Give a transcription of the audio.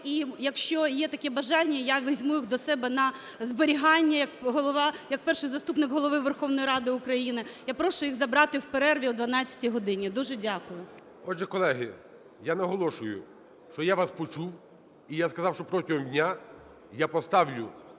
І якщо є таке бажання, я візьму їх до себе на зберігання, як Перший заступник Голови Верховної Ради України. Я прошу їх забрати в перерві о 12-й годині. Дуже дякую. ГОЛОВУЮЧИЙ. Отже, колеги, я наголошую, що я вас почув і я сказав, що протягом дня я поставлю